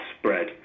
spread